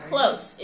Close